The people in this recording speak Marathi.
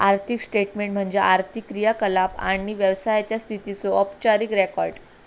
आर्थिक स्टेटमेन्ट म्हणजे आर्थिक क्रियाकलाप आणि व्यवसायाचा स्थितीचो औपचारिक रेकॉर्ड